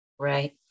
Right